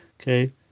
okay